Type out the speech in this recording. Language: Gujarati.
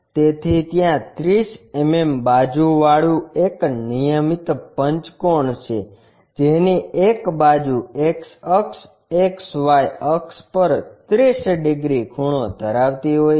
તેથી ત્યાં 30 mm બાજુ વાળું એક નિયમિત પંચકોણ છે જેની એક બાજુ X અક્ષ XY અક્ષ પર 30 ડિગ્રી ખૂણો ધરાવતી હોય છે